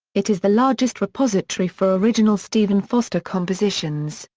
it is the largest repository for original stephen foster compositions,